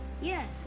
Yes